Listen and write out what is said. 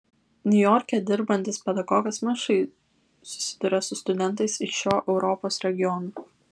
niujorke dirbantis pedagogas mažai susiduria su studentais iš šio europos regiono